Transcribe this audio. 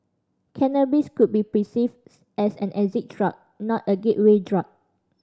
cannabis could be perceived as an exit drug not a gateway drug